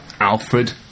Alfred